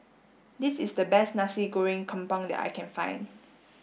this is the best Nasi Goreng Kampung that I can find